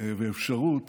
ואפשרות